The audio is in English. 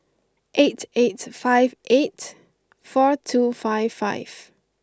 eight eight five eight four two five five